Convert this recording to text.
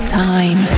time